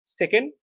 second